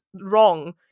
wrong